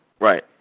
Right